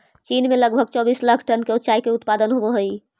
चीन में लगभग चौबीस लाख टन चाय के उत्पादन होवऽ हइ